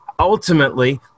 Ultimately